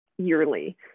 yearly